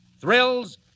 Thrills